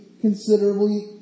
considerably